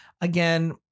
again